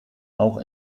auch